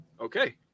okay